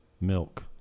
milk